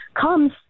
comes